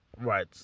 right